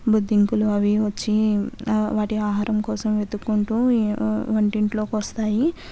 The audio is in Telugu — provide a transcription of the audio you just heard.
బొద్దింకలు అవి వచ్చి వాటి ఆహారం కోసం వెతుక్కుంటూ వంటింట్లోకొస్తాయి